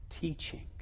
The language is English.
teaching